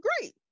great